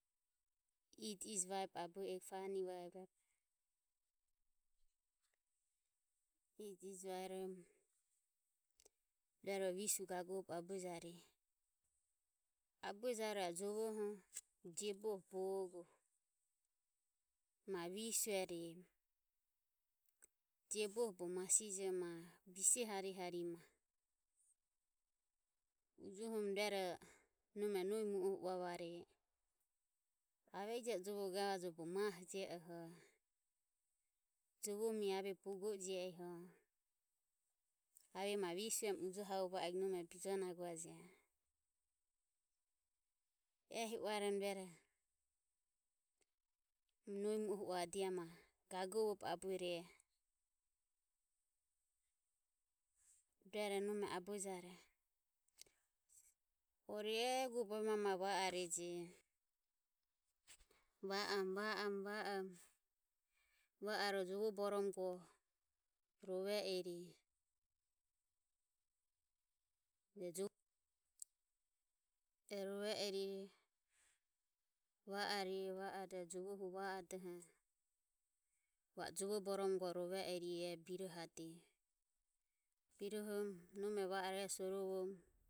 Ijo ijo vaerom panie vabe ijo ijo vaerom rueroho visue gagovobe abuejareje. E jovoho jioboho bogo ma visuerem jioboho bogo masijo maho ma bise harihari ujuohorom rueroho nome nohi mu oho uavareje aviehi je e jove gavajoho bogo mahoho jie eho jovo mioho ave bogo jie eho ave ma visuem ujuoho amavuo ego nome bijonaguajejo. Ehi uaromo ruero nohi mu aro uavade ia ma gagovobe abuerejo ruero nome abuejare. Ore egobovi mae va areje va am va am va am va aroho jove borome go rove ire e jove rove ire e va aroho va ado e jove va a doho va o jove borome go rovadire e va o birohadeje. Birohorom nome va o e sorovorom.